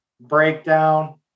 breakdown